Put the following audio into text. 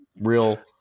real